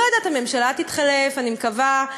לא יודעת, הממשלה תתחלף, אני מקווה,